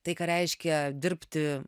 tai ką reiškia dirbti